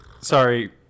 sorry